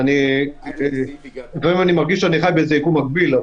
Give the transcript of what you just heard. אני מרגיש לפעמים שאני חי באיזה יקום מקביל,